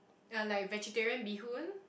uh like vegetarian bee-hoon